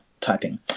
typing